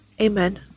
Amen